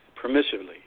permissively